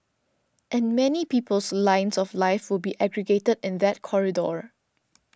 and many people's lines of life will be aggregated in that corridor